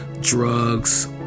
drugs